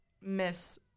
miss